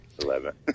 Eleven